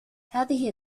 هذه